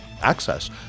access